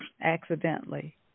accidentally